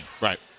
Right